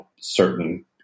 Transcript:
certain